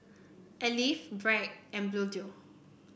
Alive Bragg and Bluedio